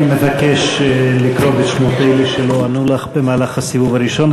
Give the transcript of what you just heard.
אני מבקש לקרוא בשמות אלה שלא ענו לך במהלך הסיבוב הראשון,